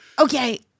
Okay